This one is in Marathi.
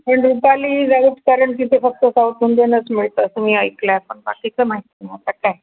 रुपाली इज आउट कारण तिथे फक्त साऊथ इंडियनच मिळतं असं मी ऐकलं आहे पण बाकीचं माहिती नाही आता काय